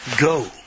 go